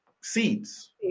seeds